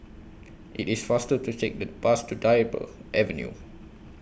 IT IS faster to Take The Bus to Dryburgh Avenue